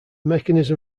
mechanism